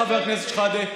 חבר הכנסת שחאדה,